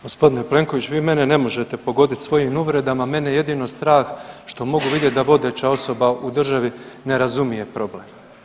Gospodine Plenković, vi mene ne možete pogoditi svojim uvredama, mene jedino strah što mogu vidjeti da vodeća osoba u državi ne razumije problem.